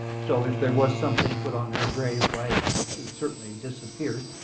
so if there was something put on her grave, why it's certainly disappeared.